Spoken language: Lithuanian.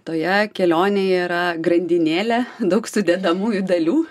toje kelionėje yra grandinėlė daug sudedamųjų dalių